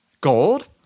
gold